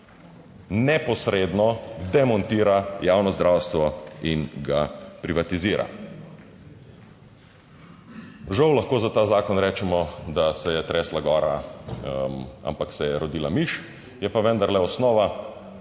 neposredno demontira javno zdravstvo in ga privatizira. Žal lahko za ta zakon rečemo, da se je tresla gora, ampak se je rodila miš, je pa vendarle osnova,